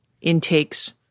intakes